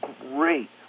great